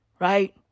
Right